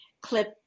clip